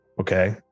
Okay